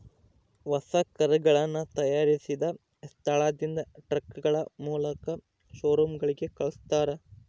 ಹೊಸ ಕರುಗಳನ್ನ ತಯಾರಿಸಿದ ಸ್ಥಳದಿಂದ ಟ್ರಕ್ಗಳ ಮೂಲಕ ಶೋರೂಮ್ ಗಳಿಗೆ ಕಲ್ಸ್ತರ